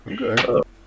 Okay